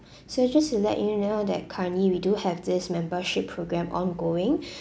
so just to let you know that currently we do have this membership program ongoing